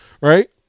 right